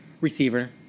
receiver